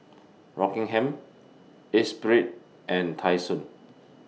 Rockingham Esprit and Tai Sun